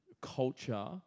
culture